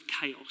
chaos